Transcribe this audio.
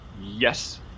Yes